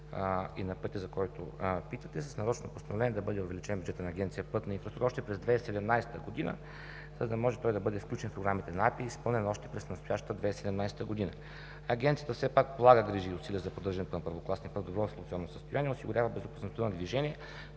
и на пътя, за който питате – с нарочно постановление да бъде увеличен бюджетът на Агенция „Пътна инфраструктура“ още през 2017 г., за да може той да бъде включен в Програмата на АПИ и изпълнен още през настоящата 2017 г. Агенцията все пак полага грижи и усилия за поддържане на първокласния път в добро експлоатационно състояние и осигурява безопасността на движение.